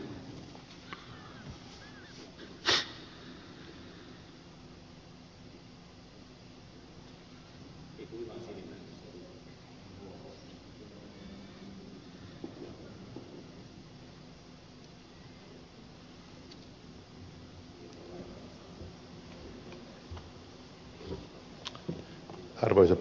arvoisa puhemies